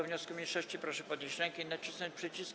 wniosku mniejszości, proszę podnieść rękę i nacisnąć przycisk.